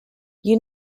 you